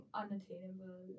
unattainable